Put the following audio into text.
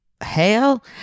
hell